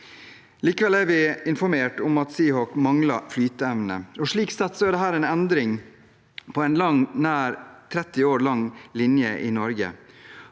Likevel er vi informert om at Seahawk mangler flyteevne. Slik sett er dette en endring av en nær 30 år lang linje i Norge.